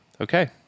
okay